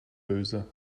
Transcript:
böse